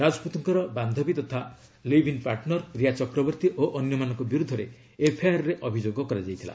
ରାଜପୁତଙ୍କର ବାନ୍ଧବୀ ତଥା live in partner Riya Chakraborty ଓ ଅନ୍ୟମାନଙ୍କ ବିରୁଦ୍ଧରେ ଏଫ୍ଆଇଆର୍ରେ ଅଭିଯୋଗ କରାଯାଇଥିଲା